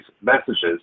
messages